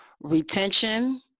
retention